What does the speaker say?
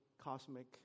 cosmic